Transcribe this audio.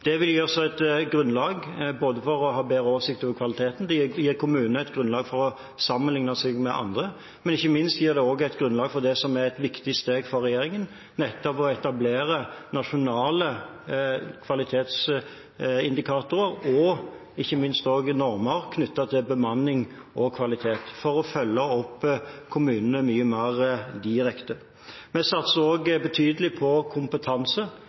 Det vil gi oss et grunnlag for å ha bedre oversikt over kvaliteten, det gir kommunene et grunnlag for å sammenligne seg med andre, men ikke minst gir det også et grunnlag for det som er et viktig steg for regjeringen, nettopp å etablere nasjonale kvalitetsindikatorer og – ikke minst – normer knyttet til bemanning og kvalitet for å følge opp kommunene mye mer direkte. Vi satser også betydelig på kompetanse.